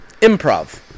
improv